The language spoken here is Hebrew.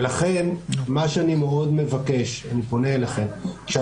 ולכן אני פונה אליכם ומבקש,